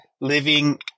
living